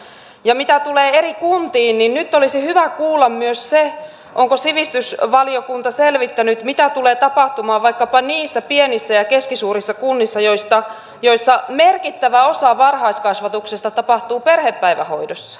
ja mitä tulee eri kuntiin niin nyt olisi hyvä kuulla myös se onko sivistysvaliokunta selvittänyt mitä tulee tapahtumaan vaikkapa niissä pienissä ja keskisuurissa kunnissa joissa merkittävä osa varhaiskasvatuksesta tapahtuu perhepäivähoidossa